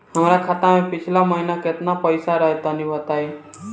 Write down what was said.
हमरा खाता मे पिछला महीना केतना पईसा रहे तनि बताई?